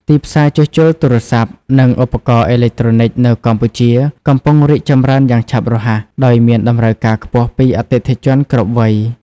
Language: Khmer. ទីផ្សារជួសជុលទូរស័ព្ទ និងឧបករណ៍អេឡិចត្រូនិចនៅកម្ពុជា កំពុងរីកចម្រើនយ៉ាងឆាប់រហ័ស ដោយមានតម្រូវការខ្ពស់ពីអតិថិជនគ្រប់វ័យ។